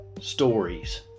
stories